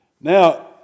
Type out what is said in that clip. now